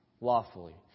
lawfully